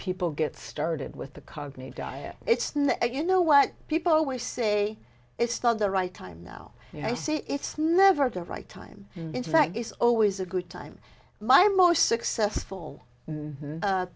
people get started with the cognate diet it's not you know what people always say it's not the right time now and i say it's never the right time and in fact it's always a good time my most successful